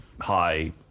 high